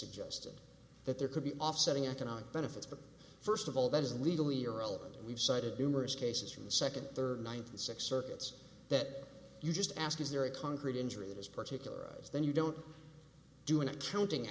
suggested that there could be offsetting economic benefits but first of all that is legally irrelevant and we've cited numerous cases from second third ninth six circuits that you just ask is there a concrete injury this particular eyes then you don't do an accounting